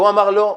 הוא אמר לא.